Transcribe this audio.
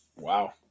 wow